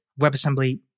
WebAssembly